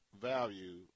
value